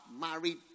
married